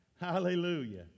Hallelujah